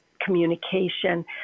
communication